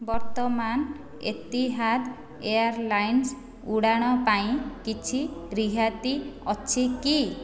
ବର୍ତ୍ତମାନ Etihad airlines ଉଡାଣ ପାଇଁ କିଛି ରିହାତି ଅଛି କି